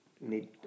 Need